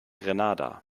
grenada